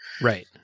Right